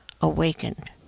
awakened